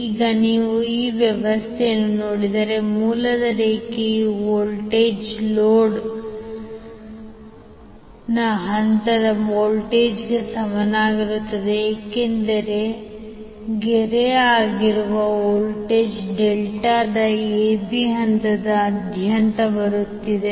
ಈಗ ನೀವು ಈ ವ್ಯವಸ್ಥೆಯನ್ನು ನೋಡಿದರೆ ಮೂಲದ ರೇಖೆಯ ವೋಲ್ಟೇಜ್ ಲೋಡ್ನ ಹಂತದ ವೋಲ್ಟೇಜ್ಗೆ ಸಮನಾಗಿರುತ್ತದೆ ಏಕೆಂದರೆ ಗೆರೆ ಆಗಿರುವ ವೋಲ್ಟೇಜ್ ಡೆಲ್ಟಾದ AB ಹಂತದಾದ್ಯಂತ ಬರುತ್ತಿದೆ